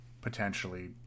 potentially